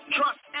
Trust